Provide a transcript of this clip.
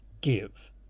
give